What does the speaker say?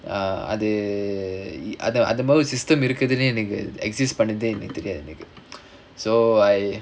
ah அது அது மாரி ஒரு:athu athu maari oru system இருக்குதுனு எனக்கு:irukkuthunu enakku exist பண்ணதே எனக்கு தெரியாது:pannathae enakku theriyaathu so I